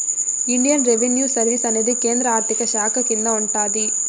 Indian revenue service అనేది కేంద్ర ఆర్థిక శాఖ కింద ఉంటాది